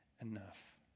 enough